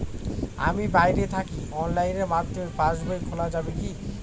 আমি বাইরে থাকি অনলাইনের মাধ্যমে পাস বই খোলা যাবে কি?